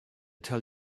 tell